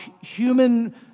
human